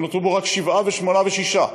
ונותרו בו רק שבעה ושמונה ושישה,